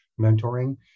mentoring